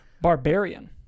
barbarian